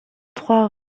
trois